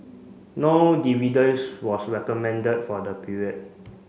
no dividends was recommended for the period